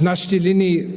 нашите линии,